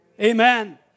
Amen